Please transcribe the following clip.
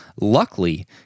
Luckily